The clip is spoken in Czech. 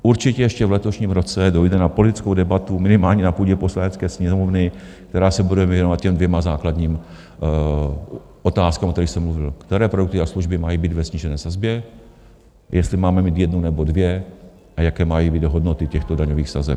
Určitě ještě v letošním roce dojde na politickou debatu minimálně na půdě Poslanecké sněmovny, která se bude věnovat těm dvěma základním otázkám, o kterých jsem mluvil, které produkty a služby mají být ve snížené sazbě, jestli máme mít jednu nebo dvě a jaké mají být hodnoty těchto daňových sazeb.